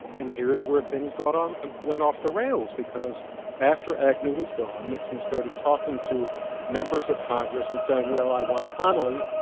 and here's where things um ah went off the rails. because after agnew was gone, nixon started talking to members of congress, and saying, well, i want connally,